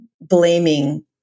blaming